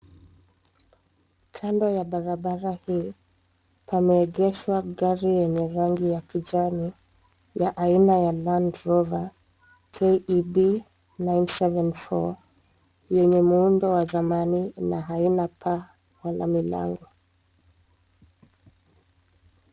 Kando ya barabara hii, pameegeshwa gari yenye rangi ya kijani, ya aina ya Landrover KEB 974, yenye muundo wa zamani, na haina paa, wala milango.